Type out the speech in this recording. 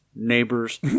Neighbors